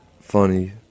funny